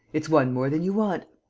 it's one more than you want.